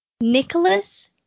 Nicholas